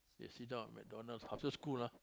they sit down at McDonalds after school ah